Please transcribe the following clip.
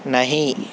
نہیں